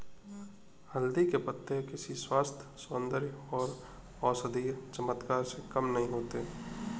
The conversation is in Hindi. हल्दी के पत्ते किसी स्वास्थ्य, सौंदर्य और औषधीय चमत्कार से कम नहीं होते